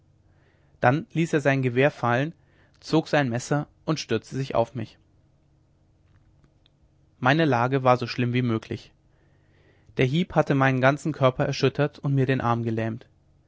dann ließ er sein gewehr fallen zog sein messer und stürzte sich auf mich meine lage war so schlimm wie möglich der hieb hatte meinen ganzen körper erschüttert und mir den arm gelähmt